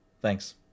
Thanks